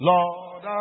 Lord